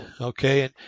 okay